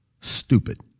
stupid